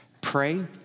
Pray